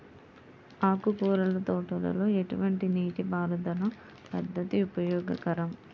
ఆకుకూరల తోటలలో ఎటువంటి నీటిపారుదల పద్దతి ఉపయోగకరం?